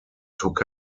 took